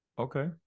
Okay